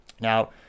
Now